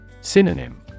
Synonym